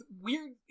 weird